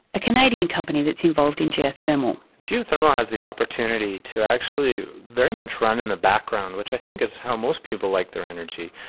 a canadian company that's involved in geothermal. geothermal has the opportunity to actually very much run in the background, which i think is how most people like their energy.